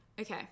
Okay